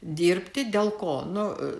dirbti dėl ko nu